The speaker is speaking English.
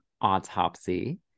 autopsy